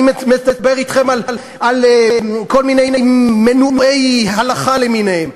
אני מדבר אתכם על כל מיני מנועי הלכה למיניהם,